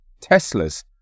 Teslas